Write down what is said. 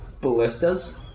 ballistas